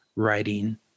Writing